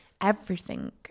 everything-